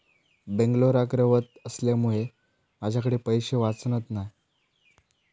बेंगलोराक रव्हत असल्यामुळें माझ्याकडे पैशे वाचत नाय